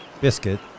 biscuit